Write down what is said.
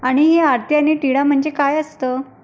आणि हे आरती आणि टिळा म्हणजे काय असतं